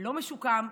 לא משוקם,